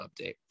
update